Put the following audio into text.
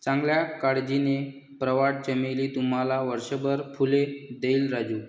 चांगल्या काळजीने, प्रवाळ चमेली तुम्हाला वर्षभर फुले देईल राजू